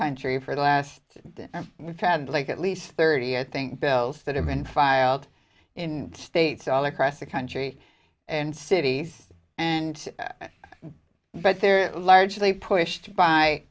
tree for the last one fad like at least thirty i think bells that have been filed in states all across the country and cities and but they're largely pushed by